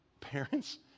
parents